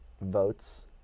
votes